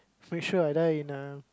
make sure I die in a